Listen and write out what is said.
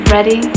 Ready